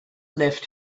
left